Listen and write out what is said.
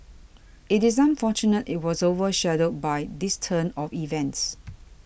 it is unfortunate it was over shadowed by this turn of events